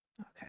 okay